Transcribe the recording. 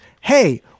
hey